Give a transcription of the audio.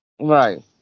Right